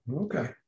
okay